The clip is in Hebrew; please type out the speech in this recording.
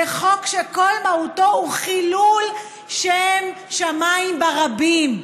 זה חוק שכל מהותו הוא חילול שם שמיים ברבים.